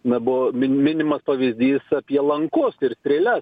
nebuvo min minimas pavyzdys apie lankus ir strėles